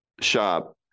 shop